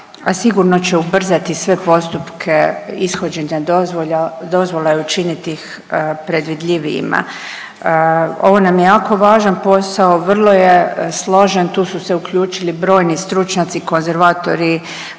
sigurno će ubrzati sve postupke ishođenja dozvola i učiniti ih predvidljivijima. Ovo nam je jako važan posao, vrlo je složen, tu su se uključili brojni stručnjaci konzervatori,